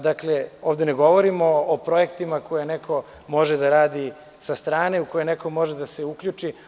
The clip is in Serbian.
Dakle, ovde ne govorim o projektima koje neko može da radi sa strane, u koje neko može da se uključi.